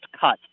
cut